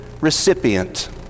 recipient